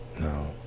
No